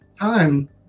time